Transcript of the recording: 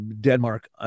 Denmark